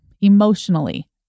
emotionally